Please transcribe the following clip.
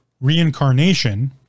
Reincarnation